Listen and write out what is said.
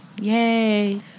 Yay